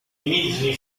immediately